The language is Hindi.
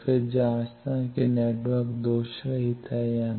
फिर जाँचना कि नेटवर्क दोषरहित है या नहीं